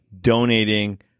donating